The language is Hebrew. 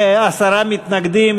עשרה מתנגדים,